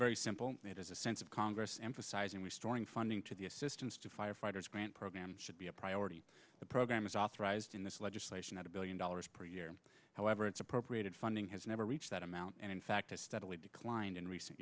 very simple it is a sense of congress emphasizing we storing funding to the assistance to firefighters grant program should be a priority the program is authorized in this legislation at a billion dollars per year however its appropriated funding has never reached that amount and in fact it steadily declined in recent